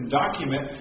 document